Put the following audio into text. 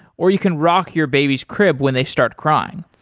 or you can rock your baby's crib when they start crying.